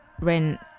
rent